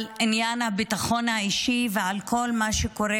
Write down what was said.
על עניין הביטחון האישי ועל כל מה שקורה